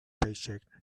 paycheck